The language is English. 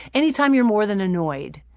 any time you're more than annoyed,